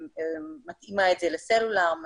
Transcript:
להתאים את זה לסלולר,